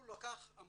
הוא לקח עמותה,